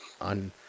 on